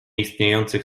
istniejących